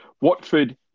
Watford